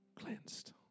cleansed